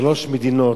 שלוש מדינות: